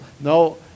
No